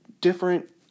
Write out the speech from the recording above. different